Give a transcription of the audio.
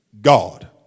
God